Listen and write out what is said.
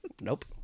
nope